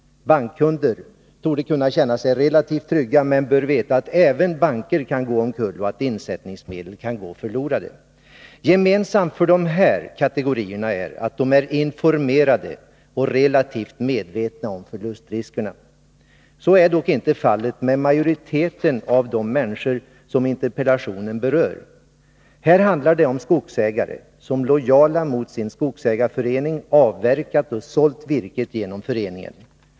Bankkunder torde kunna känna sig relativt trygga men bör veta att även banker kan gå omkull och att insättningsmedel kan gå förlorade. Gemensamt för dessa kategorier är att de är informerade och relativt medvetna om förlustriskerna. Så är dock inte fallet med majoriteten av de människor som interpellationen berör. Här handlar det om skogsägare, som lojala mot sin skogsägarförening avverkat och sålt virke genom föreningen.